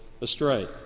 astray